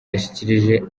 yashikirije